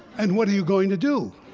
and what are you going to do?